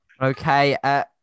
Okay